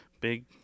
big